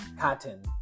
Cotton